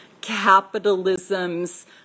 capitalism's